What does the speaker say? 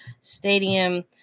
Stadium